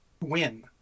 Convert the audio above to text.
Win